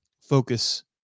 focus